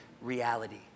reality